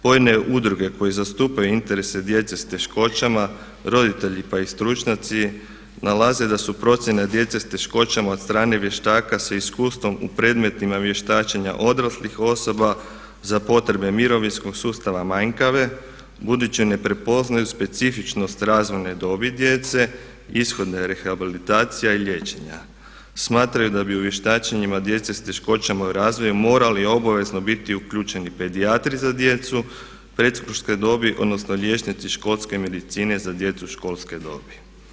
Pojedine udruge koje zastupaju interese djece s teškoćama, roditelji pa i stručnjaci nalaze da su procjene djece sa teškoćama od strane vještaka sa iskustvom u predmetima vještačenja odraslih osoba za potrebe mirovinskog sustava manjkave, budući ne prepoznaju specifičnost razvojne dobi djece, ishode rehabilitacija i liječenja, smatraju da bi u vještačenjima djece s teškoćama u razvoju morali obavezno biti uključeni pedijatri za djecu predškolske dobi odnosno liječnici školske medicine za djecu školske dobi.